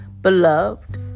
Beloved